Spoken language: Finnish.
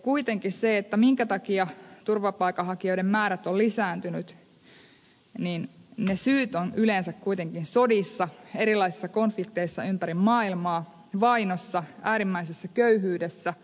kuitenkin syyt minkä takia turvapaikanhakijoiden määrät ovat lisääntyneet ovat yleensä sodissa erilaisissa konflikteissa ympäri maailmaa vainossa äärimmäisessä köyhyydessä nälänhädässä veden puutteessa